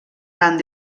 tant